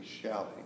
shouting